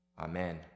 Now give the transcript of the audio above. Amen